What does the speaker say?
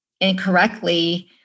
incorrectly